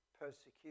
persecution